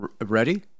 Ready